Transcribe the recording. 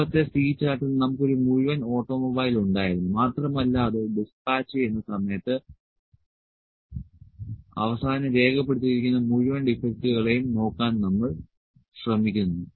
മുമ്പത്തെ C ചാർട്ടിൽ നമുക്ക് ഒരു മുഴുവൻ ഓട്ടോമൊബൈൽ ഉണ്ടായിരുന്നു മാത്രമല്ല അത് ഡിസ്പാച്ച് ചെയ്യുന്ന സമയത്ത് അവസാനം രേഖപ്പെടുത്തിയിരിക്കുന്ന മുഴുവൻ ഡിഫെക്ടുകളെയും നോക്കാൻ നമ്മൾ ശ്രമിക്കുന്നു